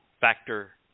factor